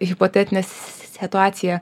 hipotetinę situaciją